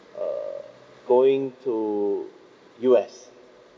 err going to U_S